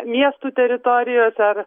miestų teritorijose ar